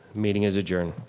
meeting is adjourned.